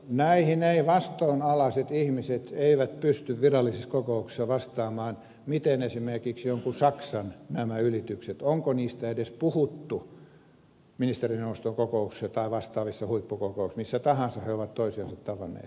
näihin eivät vastuunalaiset ihmiset pysty virallisissa kokouksissa vastaamaan onko esimerkiksi jonkun saksan ylityksistä edes puhuttu ministerineuvoston kokouksissa tai vastaavissa huippukokouksissa missä tahansa he ovat toisiansa tavanneet